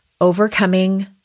Overcoming